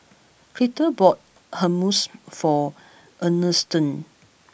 Clide bought Hummus for Ernestine